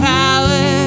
power